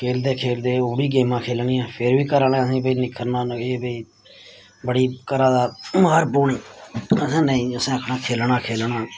खेलदे खेलदे ओह् बी गेमां खेलनियां फिर बी घरै आह्लेंं असेंगी निक्खरना एह् भाई बड़ी घरै दा मार पौनी असें नेईं असें आखना खेलना गै खेलना